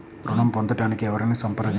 ఋణం పొందటానికి ఎవరిని సంప్రదించాలి?